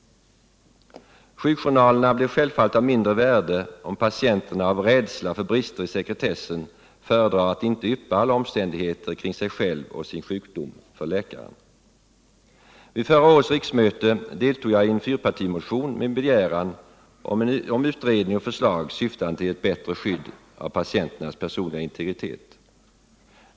Sjukjournalerna blir självfallet av mindre värde, om patienten av rädsla för brister i sekretessen föredrar att inte yppa alla omständigheter kring sig själv och sin sjukdom för läkaren. Vid förra årets riksmöte deltog jag i en fyrpartimotion med begäran om utredning och förslag syftande till ett bättre skydd av patienternas personliga integritet.